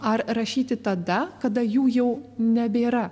ar rašyti tada kada jų jau nebėra